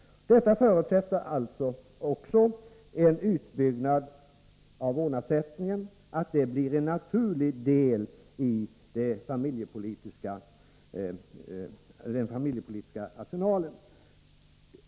Detta förutsätter också att en utbyggd vårdnadsersättning blir en naturlig del av den familjepolitiska arsenalen.